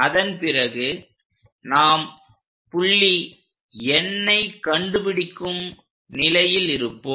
அதன்பிறகு நாம் புள்ளி Nஐ கண்டுபிடிக்கும் நிலையில் இருப்போம்